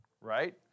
right